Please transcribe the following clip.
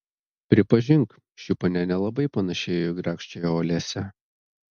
pripažink ši ponia nelabai panėšėjo į grakščiąją olesią